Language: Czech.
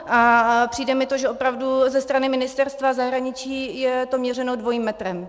A přijde mi to, že opravdu ze strany Ministerstva zahraničí je to měřeno dvojím metrem.